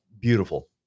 beautiful